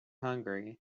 hungry